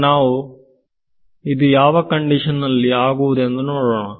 ಈಗ ನಾವು ಇದು ಯಾವ ಕಂಡಿಶನ್ ನಲ್ಲಿ ಆಗುವುದೆಂದು ನೋಡೋಣ